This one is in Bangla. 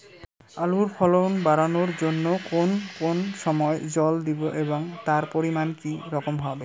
আলুর ফলন বাড়ানোর জন্য কোন কোন সময় জল দেব এবং তার পরিমান কি রকম হবে?